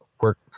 work